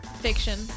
Fiction